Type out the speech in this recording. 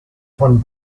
von